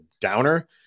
downer